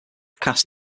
cast